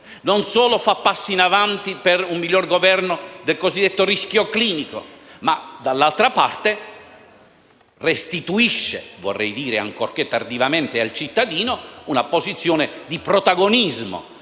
non solo fa passi in avanti per un migliore governo del cosiddetto rischio clinico, ma restituisce (ancorché tardivamente) al cittadino una posizione di protagonismo.